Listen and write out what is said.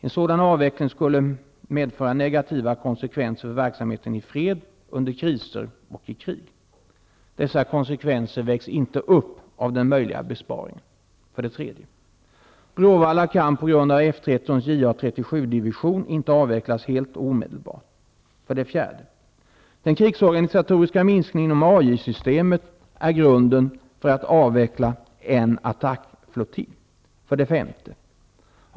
En sådan avveckling skulle medföra negativa konsekvenser för verksamheten i fred, under kriser och i krig. Dessa konsekvenser vägs inte upp av den möjliga besparingen. 3. Bråvalla kan på grund av F 13:s JA 37-division inte avvecklas helt och omedelbart. systemet är grunden för att avveckla en attackflottilj. 5.